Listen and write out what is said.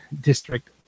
district